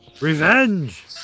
Revenge